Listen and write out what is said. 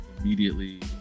immediately